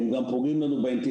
הם גם פוגעים לנו באינטליגנציה.